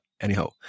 anyhow